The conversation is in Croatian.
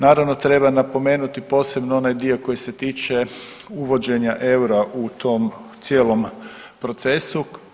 Naravno treba napomenuti posebno onaj dio koji se tiče uvođenja eura u tom cijelom procesu.